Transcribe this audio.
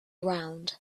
round